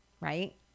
Right